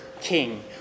king